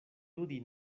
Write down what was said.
ludi